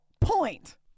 point